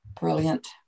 brilliant